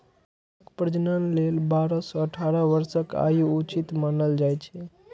भेड़क प्रजनन लेल बारह सं अठारह वर्षक आयु उचित मानल जाइ छै